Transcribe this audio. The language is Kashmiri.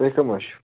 تُہۍ کٕم حظ چھِو